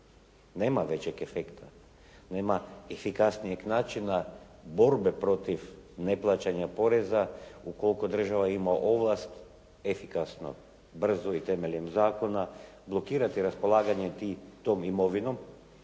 Nema većeg efekta. Nema efikasnijeg načina borbe protiv neplaćanja poreza ukoliko država ima ovlast efikasno, brzo i temeljem zakona blokirati raspolaganje tom imovinom